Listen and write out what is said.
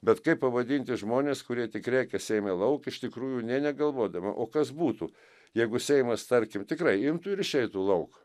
bet kaip pavadinti žmones kurie tik rėkia seime lauk iš tikrųjų nė negalvodami o kas būtų jeigu seimas tarkim tikrai imtų ir išeitų lauk